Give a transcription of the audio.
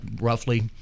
roughly